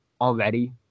already